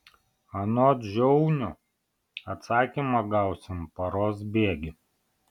anot žiaunio atsakymą gausim paros bėgy